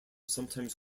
sometimes